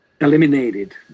eliminated